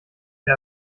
der